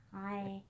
Hi